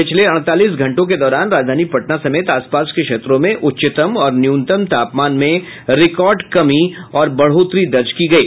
पिछले अड़तालीस घंटों के दौरान राजधानी पटना समेत आसपास के क्षेत्रों में उच्चतम और न्यूनतम तापमान में रिकॉर्ड कमी और बढ़ोतरी दर्ज की गयी